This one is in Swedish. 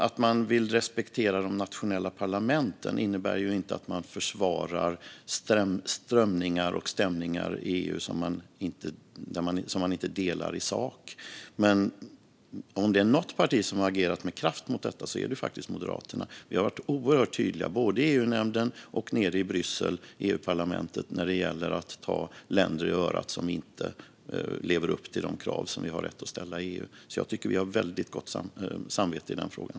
Att man vill respektera de nationella parlamenten innebär inte att man försvarar strömningar och stämningar i EU som man inte delar. Om det är något parti som har agerat med kraft mot detta är det Moderaterna. Vi har varit oerhört tydliga både här i EU-nämnden och i EU-parlamentet i Bryssel med att ta länder i örat som inte lever upp till de krav som EU har rätt att ställa. Vi har därför väldigt gott samvete i den frågan.